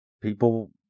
people